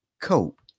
cope